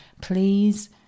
please